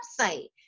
website